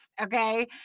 Okay